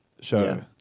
Show